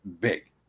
big